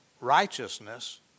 righteousness